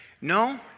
No